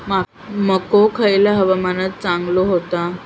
मको खयल्या हवामानात चांगलो होता?